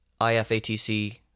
IFATC